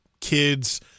kids